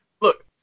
Look